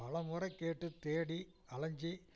பலமுறை கேட்டுத் தேடி அலைஞ்சி